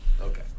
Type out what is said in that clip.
Okay